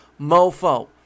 mofo